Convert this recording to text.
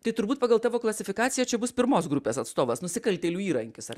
tai turbūt pagal tavo klasifikaciją čia bus pirmos grupės atstovas nusikaltėlių įrankis ar